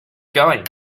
going